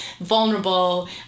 vulnerable